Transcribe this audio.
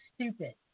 stupid